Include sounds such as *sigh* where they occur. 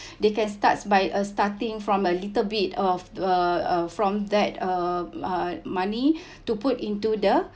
*breath* they can start by a starting from a little bit of uh uh from that uh uh money *breath* to put into the